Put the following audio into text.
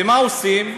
ומה עושים?